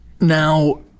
Now